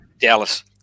Dallas